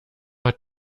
hat